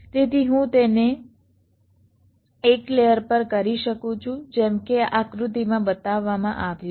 તેથી હું તેને એક લેયર પર કરી શકું છું જેમ કે આ આકૃતિમાં બતાવવામાં આવ્યું છે